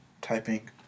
typing